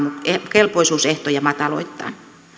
kelpoisuusehtoja mataloittaa